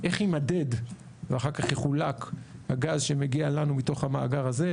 איך יימדד ואחר כך יחולק הגז שמגיע לנו מתוך המאגר הזה,